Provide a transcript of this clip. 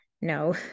No